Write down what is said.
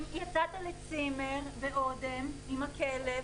אם יצאת לצימר באודם עם הכלב,